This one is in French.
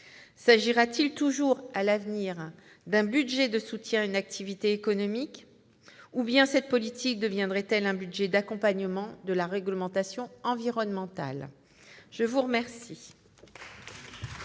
s'agira-t-il toujours à l'avenir d'un budget de soutien à une activité économique ou bien cette politique deviendra-t-elle un budget d'accompagnement de la réglementation environnementale ? La parole